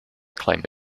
climate